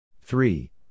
Three